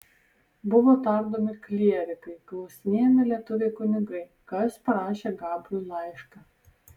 buvo tardomi klierikai klausinėjami lietuviai kunigai kas parašė gabriui laišką